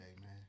man